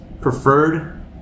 preferred